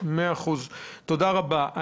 תודה רבה.